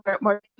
more